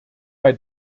bei